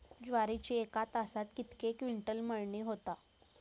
ज्वारीची एका तासात कितके क्विंटल मळणी होता?